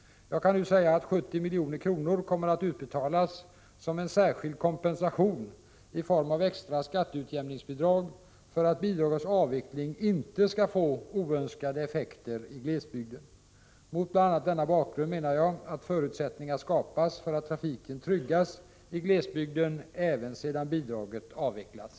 Jag kan nu säga att 70 milj.kr. kommer att utbetalas som en särskild kompensation i form av extra skatteutjämningsbidrag för att bidragets avveckling inte skall få oönskade effekter i glesbygden. Mot bl.a. denna bakgrund menar jag att förutsättningar skapas för att trafiken tryggas i glesbygden även sedan bidraget avvecklats.